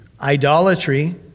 idolatry